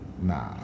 Nah